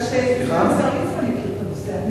אני רוצה שהשר יבין את הנושא.